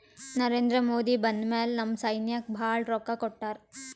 ನರೇಂದ್ರ ಮೋದಿ ಬಂದ್ ಮ್ಯಾಲ ನಮ್ ಸೈನ್ಯಾಕ್ ಭಾಳ ರೊಕ್ಕಾ ಕೊಟ್ಟಾರ